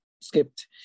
skipped